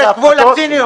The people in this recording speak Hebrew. יש גבול לציניות.